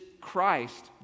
Christ